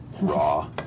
Raw